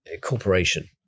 corporation